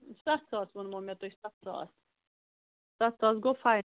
ستھ ساس ووٚنمو مےٚ تۄہہِ ستھ ساس ستھ ساس گوٚو فاینل